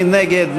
מי נגד?